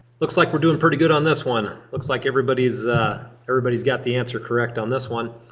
looks like we're doing pretty good on this one. looks like everybody's everybody's got the answer correct on this one.